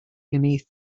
beneath